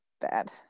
bad